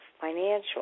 financial